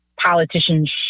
politicians